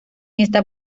esta